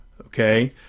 Okay